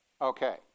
Okay